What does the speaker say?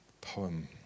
poem